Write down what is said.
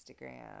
Instagram